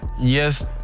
Yes